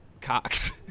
cocks